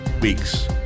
weeks